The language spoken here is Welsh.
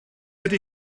ydy